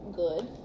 good